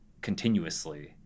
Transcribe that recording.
continuously